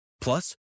Plus